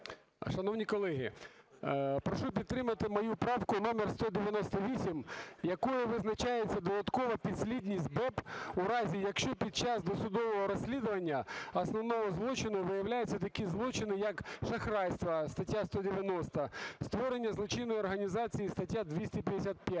Шановні колеги, прошу підтримати мою правку номер 198, якою визначається додаткова підслідність БЕБ у разі, якщо під час досудового розслідування основного злочину виявляються такі злочини, як шахрайство (стаття 190), створення злочинної організації (стаття 255),